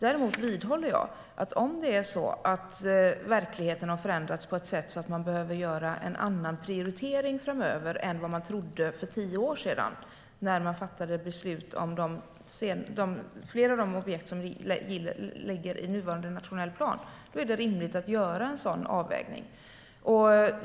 Däremot vidhåller jag att om verkligheten har förändrats på ett sätt så att man behöver göra en annan prioritering framöver än vad man trodde för tio år sedan, när man fattade beslut om flera av de objekt som ligger i nuvarande nationell plan, är det rimligt att göra en sådan avvägning.